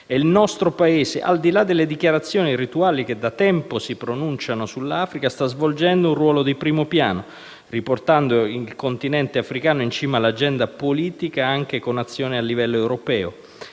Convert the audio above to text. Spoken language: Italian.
il nostro Paese, al di là delle dichiarazioni rituali che da tempo si pronunciano sull'Africa, sta svolgendo un ruolo di primo piano, riportando il continente africano in cima all'agenda politica, anche con azioni a livello europeo.